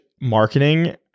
marketing